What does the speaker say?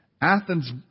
Athens